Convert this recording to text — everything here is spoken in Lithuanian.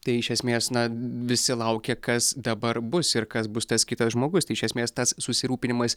tai iš esmės na visi laukia kas dabar bus ir kas bus tas kitas žmogus tai iš esmės tas susirūpinimas